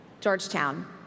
Georgetown